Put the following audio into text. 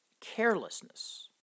carelessness